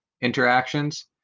interactions